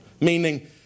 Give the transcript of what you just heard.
Meaning